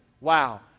wow